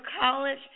college